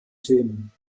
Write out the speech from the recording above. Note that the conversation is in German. themen